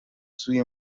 سوی